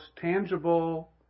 tangible